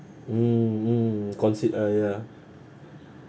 mm mm considered uh ya